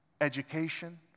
education